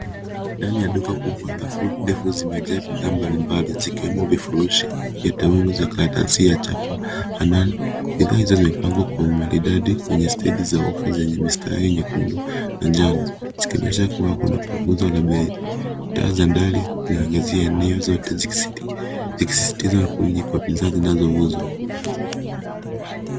Ndani ya duka kubwa defu zimejaa bidhaa mbalimbali zikiwemo vifurushi viteungu ya karatasi ya chapa. Bidhaa hizo zimepangwa kwa umaridadi kwenye stendi za ufa zenye mistari nyekundu na njano zikionyesha kuwa kuna upunguzo wa bei. Taa za ndani zinaangazia zote zikisisitiza wingi wa bidhaa zinazouzwa.